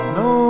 no